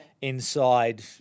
inside